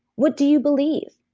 what do you believe?